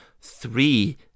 three